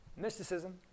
mysticism